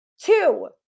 Two